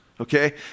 Okay